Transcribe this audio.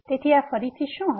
તેથી આ ફરીથી શું હશે